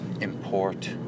import